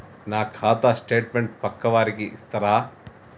నా ఖాతా స్టేట్మెంట్ పక్కా వారికి ఇస్తరా?